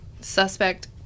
suspect